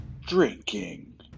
drinking